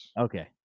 Okay